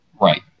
Right